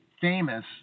famous